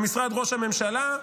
למשרד ראש הממשלה,